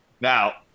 Now